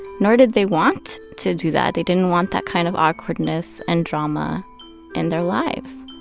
nor did they want to do that. they didn't want that kind of awkwardness and drama in their lives.